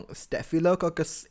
staphylococcus